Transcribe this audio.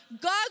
God